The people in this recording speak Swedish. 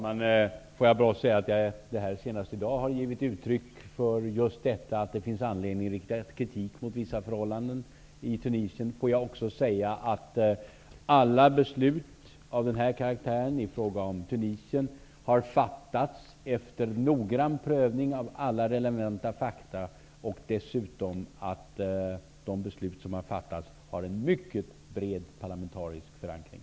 Herr talman! Jag vill bara säga att jag senast här i dag har givit uttryck just för att det finns anledning att rikta kritik mot vissa förhållanden i Tunisien. Får jag också säga att alla beslut av denna karaktär i fråga om Tunisien har fattats efter noggrann prövning av alla relevanta fakta och dessutom att de beslut som har fattats har en mycket bred parlamentarisk förankring.